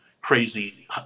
crazy